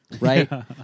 Right